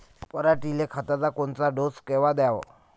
पऱ्हाटीले खताचा कोनचा डोस कवा द्याव?